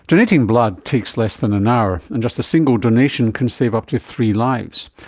donating blood takes less than an hour, and just a single donation can save up to three lives,